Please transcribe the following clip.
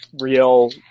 real